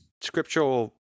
scriptural